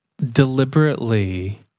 deliberately